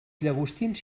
llagostins